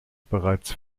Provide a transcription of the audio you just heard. bereits